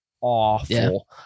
awful